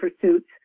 pursuits